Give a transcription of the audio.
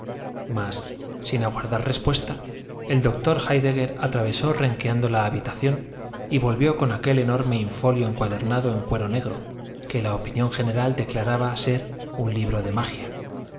mas sin aguardar respuesta el doctor héidegger atravesó renqueando la habitación y volvió con aquel enorme infolio encuadernado en cuero negro que la opinión general declaraba ser un libro de magia